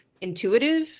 intuitive